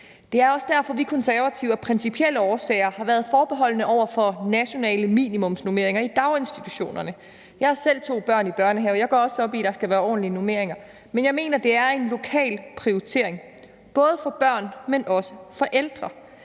Det er også derfor, at vi i Konservative af principielle årsager har været forbeholdne over for nationale minimumsnormeringer i daginstitutionerne. Jeg har selv to børn i børnehave, og jeg går også op i, at der skal være ordentlige normeringer, men jeg mener, at det er en lokal prioritering, både for børn, men også for ældre.